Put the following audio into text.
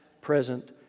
present